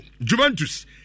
Juventus